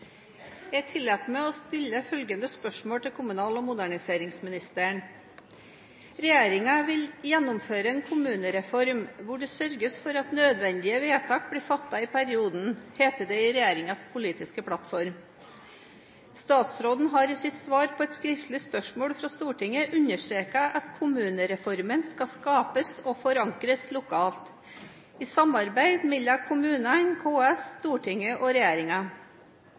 Jeg tillater meg å stille følgende spørsmål til kommunal- og moderniseringsministeren: «Regjeringen vil gjennomføre en kommunereform hvor det sørges for at nødvendige vedtak blir fattet i perioden, heter det i regjeringens politiske plattform. Statsråden har i sitt svar på et skriftlig spørsmål fra Stortinget understreket at kommunereformen skal skapes og forankres lokalt, i samarbeid mellom kommunene/Kommunenes Sentralforbund, Stortinget og